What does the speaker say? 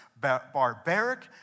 barbaric